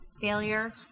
failure